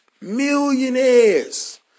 Millionaires